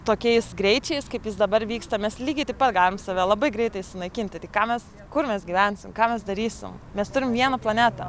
tokiais greičiais kaip jis dabar vyksta mes lygiai taip pat galim save labai greitai sunaikinti tik ką mes kur mes gyvensim ką mes darysim mes turim vieną planetą